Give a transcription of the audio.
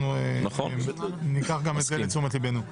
אנחנו ניקח גם את זה לתשומת ליבנו.